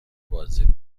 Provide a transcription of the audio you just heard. بازدید